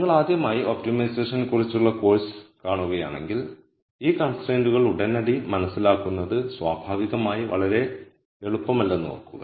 നിങ്ങൾ ആദ്യമായി ഒപ്റ്റിമൈസേഷനെക്കുറിച്ചുള്ള കോഴ്സ് കാണുകയാണെങ്കിൽ ഈ കൺസ്ട്രൈന്റുകൾ ഉടനടി മനസ്സിലാക്കുന്നത് സ്വാഭാവികമായി വളരെ എളുപ്പമല്ലെന്ന് ഓർക്കുക